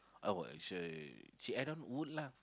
oh well she she add on wood lah